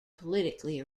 politically